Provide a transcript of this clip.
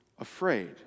afraid